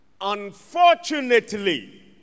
unfortunately